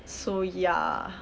so ya